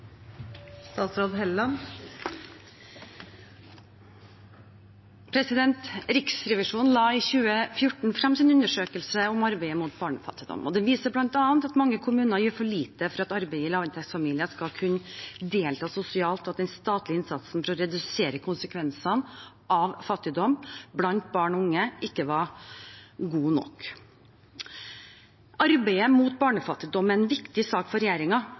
Riksrevisjonen la i 2014 frem sin undersøkelse om arbeidet mot barnefattigdom. Den viser bl.a. at mange kommuner gjør for lite arbeid for at lavinntektsfamilier skal kunne delta sosialt, og at den statlige innsatsen for å redusere konsekvensene av fattigdom blant barn og unge ikke var god nok. Arbeidet mot barnefattigdom er en viktig sak for